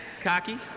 Cocky